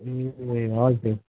ए ए हजुर